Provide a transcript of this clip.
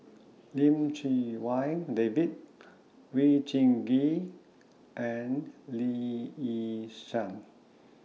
Lim Chee Wai David Jin Gee and Lee Yi Shyan